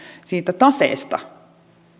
siitä taseesta